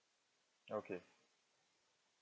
okay